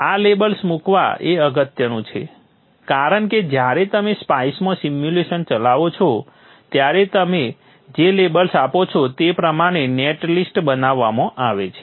આ લેબલ્સ મૂકવા એ અગત્યનું છે કારણ કે જ્યારે તમે સ્પાઇસમાં સિમ્યુલેશન ચલાવો છો ત્યારે તમે જે લેબલ્સ આપો છો તે પ્રમાણે નેટ લિસ્ટ બનાવવામાં આવે છે